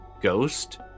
ghost